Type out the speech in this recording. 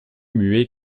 muets